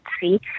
see